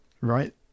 Right